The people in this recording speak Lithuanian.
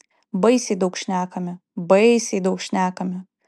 baisiai daug šnekame baisiai daug šnekame